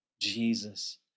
Jesus